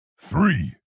three